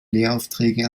lehraufträge